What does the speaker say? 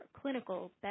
clinical